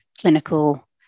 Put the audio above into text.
clinical